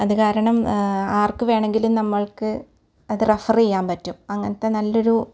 അത് കാരണം ആർക്ക് വേണമെങ്കിലും നമ്മൾക്ക് അത് റെഫർ ചെയ്യാൻ പറ്റും അങ്ങനത്തെ നല്ലൊരു